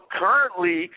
currently